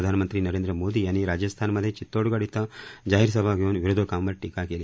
प्रधानमंत्री नरेंद्र मोदी यांनी राजस्थानमध्ये चितोडगढ इथं जाहीरसभा घेऊन विरोधकांवर टीका केली